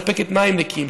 מספקת מים נקיים,